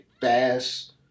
fast